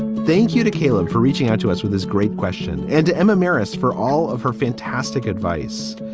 thank you to caleb for reaching out to us with this great question and to emma maris for all of her fantastic advice.